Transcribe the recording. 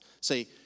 Say